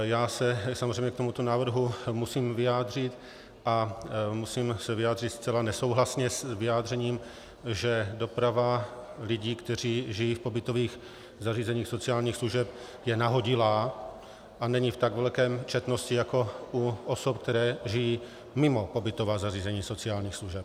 Já se samozřejmě k tomuto návrhu musím vyjádřit a musím se vyjádřit zcela nesouhlasně s vyjádřením, že doprava lidí, kteří žijí v pobytových zařízeních sociálních služeb, je nahodilá a není v tak velké četnosti jako u osob, které žijí mimo pobytová zařízení sociálních služeb.